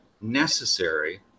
necessary